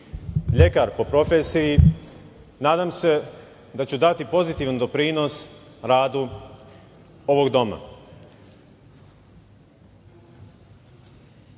lekar po profesiji, nadam se da ću dati pozitivan doprinos, radu ovog doma. Ovde